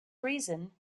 reason